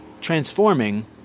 transforming